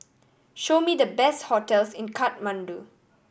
show me the best hotels in Kathmandu